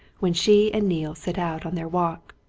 when she and neale set out on their walk.